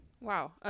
Wow